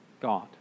God